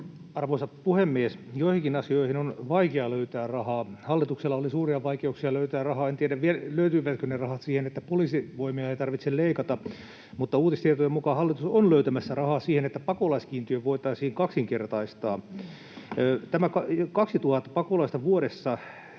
Arvoisa puhemies! Joihinkin asioihin on vaikea löytää rahaa. Hallituksella oli suuria vaikeuksia löytää rahaa — en tiedä, löytyivätkö ne rahat — siihen, että poliisivoimia ei tarvitse leikata, mutta uutistietojen mukaan hallitus on löytämässä rahaa siihen, että pakolaiskiintiö voitaisiin kaksinkertaistaa. Tämä 2 000 pakolaista vuodessa